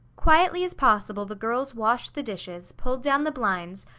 quietly as possible the girls washed the dishes, pulled down the blinds,